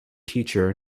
teacher